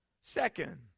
Second